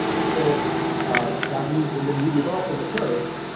and so that means when the new development occurs,